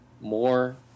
more